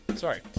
Sorry